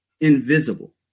invisible